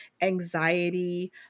anxiety